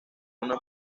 una